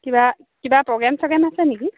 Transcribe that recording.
কিবা কিবা প্ৰগ্ৰেম চগ্ৰেম আছে নেকি